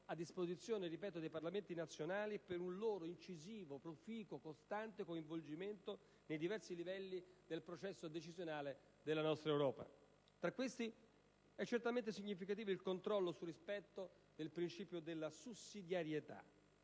a disposizione dei Parlamenti nazionali per un loro incisivo, proficuo, costante coinvolgimento nei diversi livelli del processo decisionale della nostra Europa. Tra questi, è certamente significativo il controllo sul rispetto del principio della sussidiarietà.